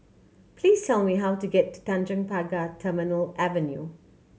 please tell me how to get to Tanjong Pagar Terminal Avenue